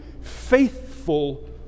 faithful